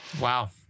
Wow